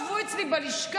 שבו אצלי בלשכה,